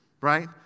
right